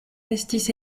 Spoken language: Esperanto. estis